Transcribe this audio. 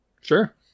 sure